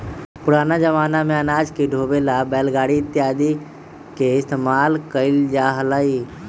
पुराना जमाना में अनाज के ढोवे ला बैलगाड़ी इत्यादि के इस्तेमाल कइल जा हलय